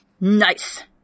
Nice